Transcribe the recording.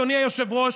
אדוני היושב-ראש,